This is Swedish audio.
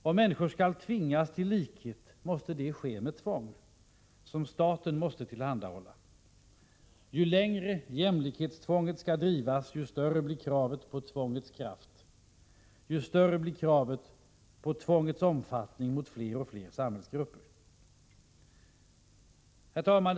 Om människor skall drivas till likhet måste det ske med tvång, som staten måste tillhandahålla. Ju längre jämlikhetstvånget skall drivas, desto större blir kravet på tvångets kraft och på tvångets omfattning mot fler och fler samhällsgrupper. Herr talman!